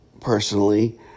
Personally